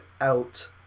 out